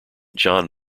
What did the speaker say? jon